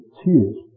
tears